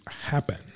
happen